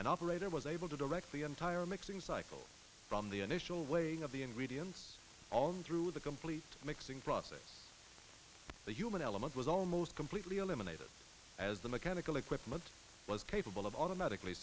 and operator was able to direct the entire mixing cycle from the initial weighing of the ingredients all through the complete mixing process the human element was almost completely eliminated as the mechanical equipment was capable of automatically